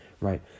right